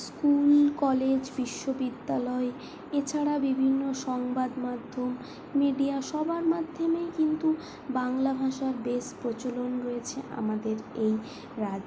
school college বিশ্ববিদ্যালয় এছাড়া বিভিন্ন সংবাদমাধ্যম মিডিয়া সবার মাধ্যমেই কিন্তু বাংলা ভাষার বেশ প্রচলন রয়েছে আমাদের এই রাজ্যে